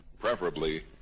preferably